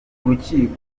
urukiko